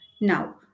now